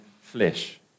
flesh